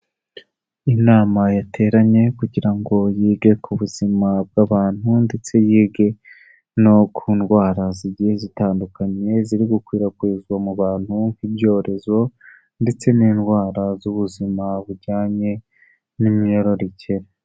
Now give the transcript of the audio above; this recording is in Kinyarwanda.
Inama yateranye kugira ngo yige ku buzima bw'abantu ndetse yige no ku ndwara zigiye zitandukanye ziri gukwirakwizwa mu bantu nk'ibyorezo ndetse n'indwara z'ubuzima bujyanye n'imyororokere.